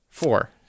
Four